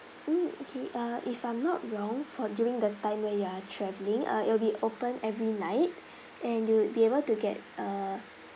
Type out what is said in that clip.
mm okay uh if I'm not wrong for during the time when you're travelling uh it will be open every night and you'll be able to get uh